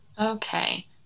Okay